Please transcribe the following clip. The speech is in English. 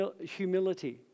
humility